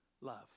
love